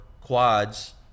quads